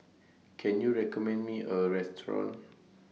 Can YOU recommend Me A Restaurant